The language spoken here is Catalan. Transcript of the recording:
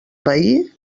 veí